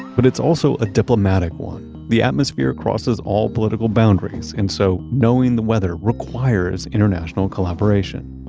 but it's also a diplomatic one. the atmosphere crosses all political boundaries. and so, knowing the weather requires international collaboration.